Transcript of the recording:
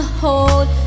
Hold